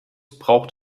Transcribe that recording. braucht